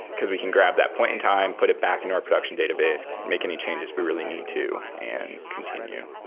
because we can grab that point in time, put it back in our production database, make any changes we really need to and continue.